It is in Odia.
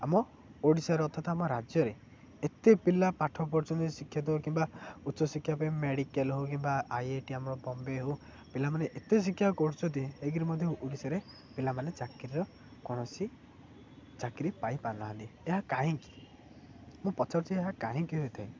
ଆମ ଓଡ଼ିଶାର ଆମ ରାଜ୍ୟରେ ଏତେ ପିଲା ପାଠ ପଢ଼ୁଛନ୍ତି ଶିକ୍ଷାତ କିମ୍ବା ଉଚ୍ଚ ଶିକ୍ଷା ପାଇଁ ମେଡ଼ିକାଲ୍ ହଉ କିମ୍ବା ଆଇ ଆଇ ଟି ଆମର ବମ୍ବେ ହଉ ପିଲାମାନେ ଏତେ ଶିକ୍ଷା କରୁଛନ୍ତି ଏଇକିରି ମଧ୍ୟ ଓଡ଼ିଶାରେ ପିଲାମାନେ ଚାକିରୀର କୌଣସି ଚାକିରୀ ପାଇପାରୁନାହାନ୍ତି ଏହା କାହିଁକି ମୁଁ ପଚାରୁଛିି ଏହା କାହିଁକି ହୋଇଥାଏ